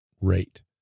rate